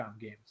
games